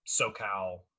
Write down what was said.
SoCal